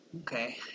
Okay